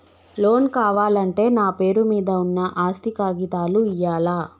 Loan కావాలంటే నా పేరు మీద ఉన్న ఆస్తి కాగితాలు ఇయ్యాలా?